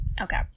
Okay